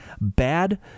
bad